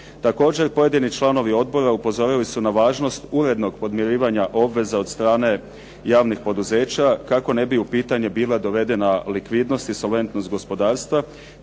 Također pojedini članovi odbora upozorili su na važnost urednog podmirivanja obveza od strane javnih poduzeća kako ne bi u pitanje bila dovedena likvidnost i solventnost gospodarstva,